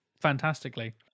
fantastically